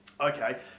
Okay